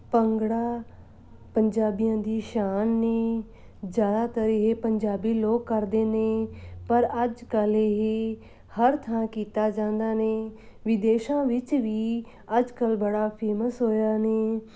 ਭੰਗੜਾ ਪੰਜਾਬੀਆਂ ਦੀ ਸ਼ਾਨ ਨੇ ਜ਼ਿਆਦਾਤਰ ਇਹ ਪੰਜਾਬੀ ਲੋਕ ਕਰਦੇ ਨੇ ਪਰ ਅੱਜ ਕੱਲ੍ਹ ਇਹ ਹਰ ਥਾਂ ਕੀਤਾ ਜਾਂਦਾ ਨੇ ਵਿਦੇਸ਼ਾਂ ਵਿੱਚ ਵੀ ਅੱਜ ਕੱਲ੍ਹ ਬੜਾ ਫੇਮਸ ਹੋਇਆ ਨੇ